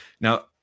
Now